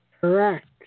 Correct